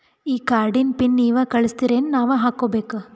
ಈ ಕಾರ್ಡ್ ನ ಪಿನ್ ನೀವ ಕಳಸ್ತಿರೇನ ನಾವಾ ಹಾಕ್ಕೊ ಬೇಕು?